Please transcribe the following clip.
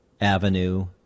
avenue